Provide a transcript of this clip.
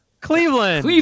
Cleveland